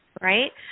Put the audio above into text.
right